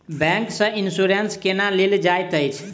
bank सँ insurance केना लेल जाइत अछि